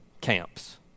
camps